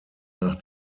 nach